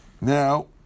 Now